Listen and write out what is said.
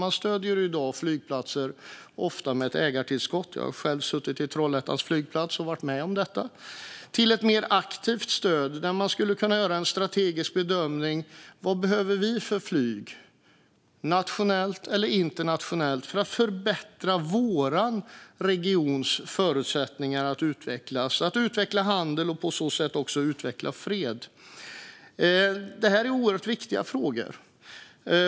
Man stöder ofta i dag flygplatser med ett ägartillskott; jag har själv suttit med i Trollhättans flygplats och varit med om detta. Med ett mer aktivt stöd skulle man kunna göra en strategisk bedömning och fråga sig: Vad behöver vi för flyg, nationellt eller internationellt, för att förbättra vår regions förutsättningar att utvecklas och att utveckla handel och på så sätt också utveckla fred? Det här är oerhört viktiga frågor.